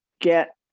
get